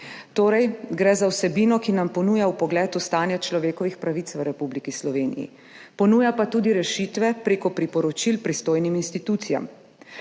Torej, gre za vsebino, ki nam ponuja vpogled v stanje človekovih pravic v Republiki Sloveniji, ponuja pa tudi rešitve prek priporočil pristojnim institucijam.